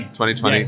2020